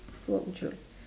what would you